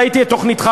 ראיתי את תוכניתך,